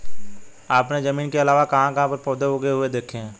आपने जमीन के अलावा कहाँ कहाँ पर पौधे उगे हुए देखे हैं?